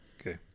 Okay